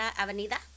Avenida